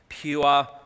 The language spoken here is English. pure